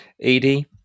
Edie